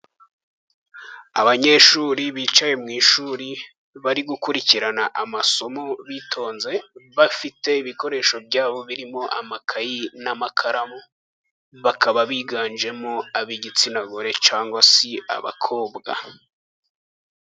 Abanyeshuri bicaye mu ishuri bari gukurikirana amasomo bitonze, bafite ibikoresho byabo birimo amakayi n'amakaramu, bakaba biganjemo ab'igitsina gore cyangwa se abakobwa.